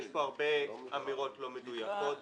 ויש פה הרבה אמירות לא מדויקות.